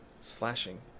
Slashing